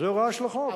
זו הוראה של החוק.